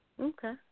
Okay